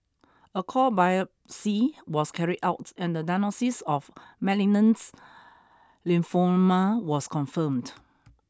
a core biopsy was carried out and the diagnosis of malignant lymphoma was confirmed